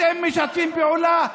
אתם משתפים פעולה.